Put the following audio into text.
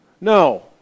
No